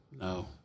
No